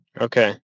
Okay